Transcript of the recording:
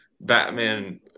batman